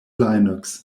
linux